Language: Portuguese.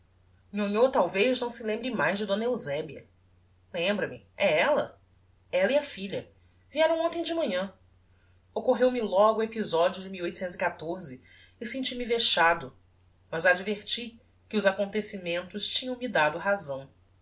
nhonhô talvez não se lembre mais de d eusebia lembra-me é ella ella e a filha vieram hontem de manhã occorreu me logo o episodio de e senti-me vexado mas adverti que os acontecimentos tinham-me dado razão